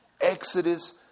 Exodus